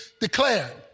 declared